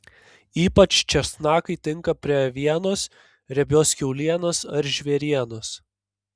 ypač česnakai tinka prie avienos riebios kiaulienos ar žvėrienos